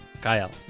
Kyle